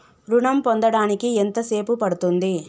ఋణం పొందడానికి ఎంత సేపు పడ్తుంది?